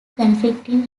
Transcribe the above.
conflicting